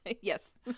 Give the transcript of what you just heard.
Yes